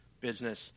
business